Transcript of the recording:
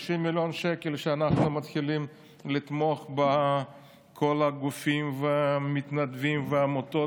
50 מיליון שקל שבהם אנחנו מתחילים לתמוך בכל הגופים והמתנדבים והעמותות